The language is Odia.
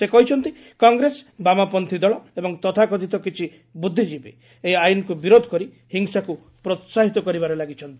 ସେ କହିଛନ୍ତି କଂଗ୍ରେସ ବାମପତ୍ରୀ ଦଳ ଏବଂ ତଥାକଥିତ କିଛି ବୃଦ୍ଧିଜୀବୀ ଏହି ଆଇନକ୍ ବିରୋଧ କରି ହିଂସାକୁ ପ୍ରୋହାହିତ କରିବାରେ ଲାଗିଛନ୍ତି